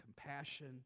compassion